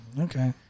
Okay